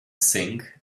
sink